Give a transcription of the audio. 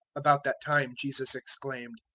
about that time jesus exclaimed,